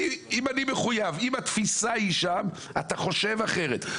אם אני מחויב, אם התפיסה היא שם, אתה חושב אחרת.